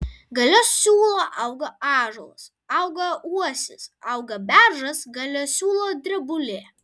gale siūlo auga ąžuolas auga uosis auga beržas gale siūlo drebulė